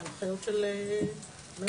וההנחיות של היישומים הביומטריים.